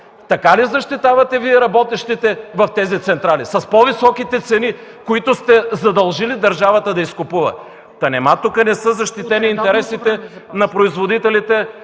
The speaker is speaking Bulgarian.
Така ли защитавате работещите в тези централи – с по-високите цени, които сте задължили държавата да изкупува? Та нима тук не са защитени интересите на производителите